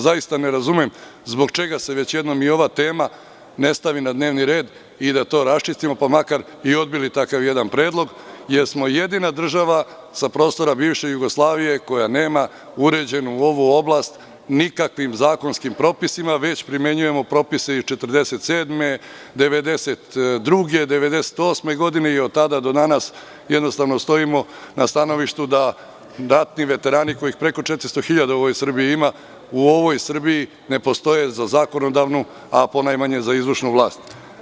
Zaista ne razumem zbog čega se već jednom i ova tema ne stavi na dnevni red i da to raščistimo, pa makar i odbili jedan takav predlog, jer smo jedina država sa prostora bivše Jugoslavije koja nema uređenu ovu oblast nikakvim zakonskim propisima, već primenjujemo propise iz 1947, 1992, 1998. godine i od tada do danas stojimo na stanovištu da ratni veterani, kojih ima preko 400.000 u Srbiji, u ovoj Srbiji ne postoje za zakonodavnu, a ponajmanje za izvršnu vlast.